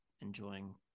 enjoying